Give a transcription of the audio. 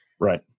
Right